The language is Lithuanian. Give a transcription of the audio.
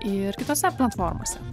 ir kitose platformose